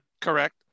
Correct